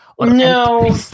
No